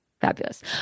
Fabulous